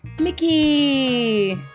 Mickey